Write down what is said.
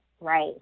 right